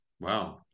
Wow